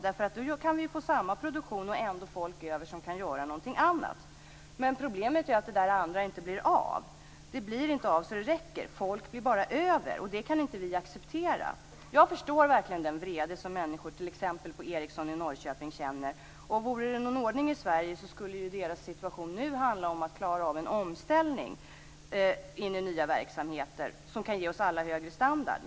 Då kan vi ju få samma produktion och ändå folk över som kan göra någonting annat. Problemet är att det där andra inte blir av. Det blir inte av så att det räcker. Folk blir bara över, och det kan inte vi acceptera. Jag förstår verkligen den vrede som människor på t.ex. Ericsson i Norrköping känner. Vore det någon ordning i Sverige skulle deras situation nu handla om att klara av en omställning in i nya verksamheter som kan ge oss alla högre standard.